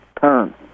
turn